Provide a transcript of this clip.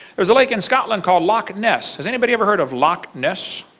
there is a lake in scotland called lock ness. has anybody ever heard of lock ness?